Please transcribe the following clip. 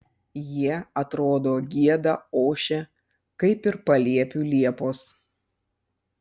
jie atrodo gieda ošia kaip ir paliepių liepos